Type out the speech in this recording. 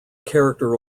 character